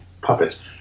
puppets